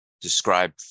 describe